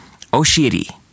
oshiri